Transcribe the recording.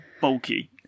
bulky